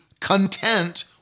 content